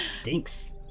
stinks